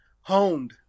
Honed